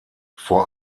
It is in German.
vor